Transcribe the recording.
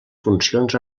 funcions